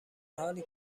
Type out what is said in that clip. حالی